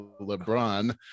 LeBron